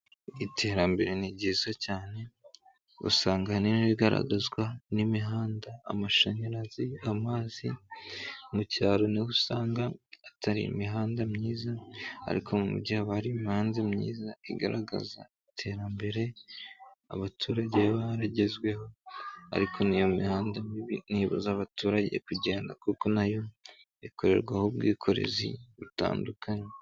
Iterambere ni ryiza cyane usanga ahanini rigaragazwa; n'imihanda, amashanyarazi ,amazi, mu cyaro niho usanga hatari imihanda myiza ariko mu mujyi haba hari imihanda myiza igaragaza iterambere abaturage baba baragezweho ,ariko n'iyo mihanda mibi ntibuza abaturage kugenda kuko nayo ikorerwaho ubwikorezi butandukanye.